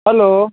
hello